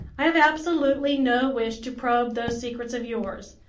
i have absolutely no wish to probe those secrets of yours!